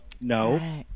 no